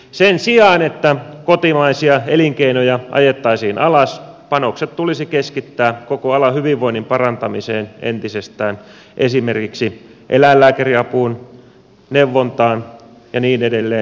sen sijaan että kotimaisia elinkeinoja ajettaisiin alas panokset tulisi keskittää koko alan hyvinvoinnin parantamiseen entisestään esimerkiksi eläinlääkäriapuun neuvontaan ja niin edelleen